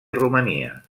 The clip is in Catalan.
romania